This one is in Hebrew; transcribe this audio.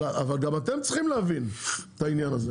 אבל, גם אתם צריכים להבין את העניין הזה.